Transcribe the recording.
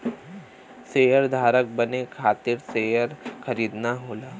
शेयरधारक बने खातिर शेयर खरीदना होला